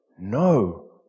no